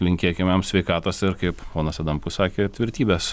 linkėkim jam sveikatos ir kaip ponas adamkus sakė tvirtybės